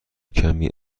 کمی